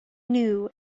knew